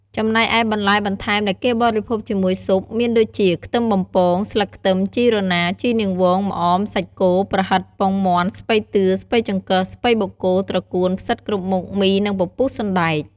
ចំណែកឯបន្លែបន្ថែមដែលគេបរិភោគជាមួយស៊ុបមានដូចជា ខ្ទឹមបំពង ស្លឹកខ្ទឹម ជីរណា ជីនាងវង ម្អម សាច់គោ ប្រហិត ពងមាន់ ស្ពៃតឿ ស្ពៃចង្កឹះ ស្ពៃបូកគោ ត្រកួន ផ្សិតគ្រប់មុខ មី និងពពុះសណ្ដែក។